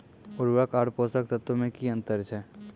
उर्वरक आर पोसक तत्व मे की अन्तर छै?